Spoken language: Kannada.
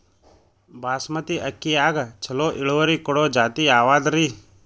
ಬಾಸಮತಿ ಅಕ್ಕಿಯಾಗ ಚಲೋ ಇಳುವರಿ ಕೊಡೊ ಜಾತಿ ಯಾವಾದ್ರಿ?